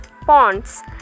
ponds